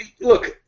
Look